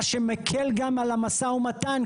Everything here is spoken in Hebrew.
מה שמקל גם על המשא ומתן,